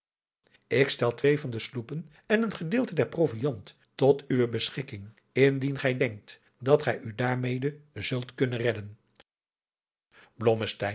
ik stel twee van de sloepen en een gedeelte der proviand tot uwe beschikking indien gij denkt dat gij u daarmede zult kunnen redden